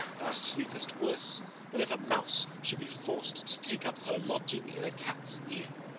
thou sleepest worse than if a mouse should be forced to take up her lodging in a cat's ear